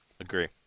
Agree